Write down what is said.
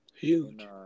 Huge